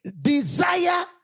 desire